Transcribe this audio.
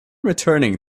returning